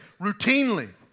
routinely